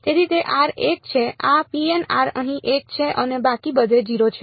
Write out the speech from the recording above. તેથી તે એક છે આ અહીં 1 છે અને બાકી બધે 0 છે